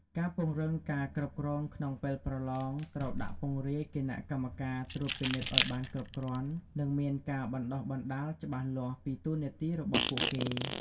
ការ ពង្រឹងការគ្រប់គ្រងក្នុងពេលប្រឡង ត្រូវដាក់ពង្រាយគណៈកម្មការត្រួតពិនិត្យឱ្យបានគ្រប់គ្រាន់ និងមានការបណ្ដុះបណ្ដាលច្បាស់លាស់ពីតួនាទីរបស់ពួកគេ។